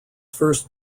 first